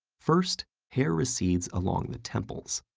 first, hair recedes along the temples,